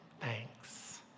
thanks